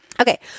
Okay